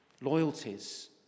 loyalties